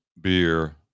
beer